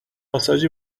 ماساژ